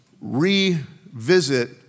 revisit